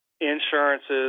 insurances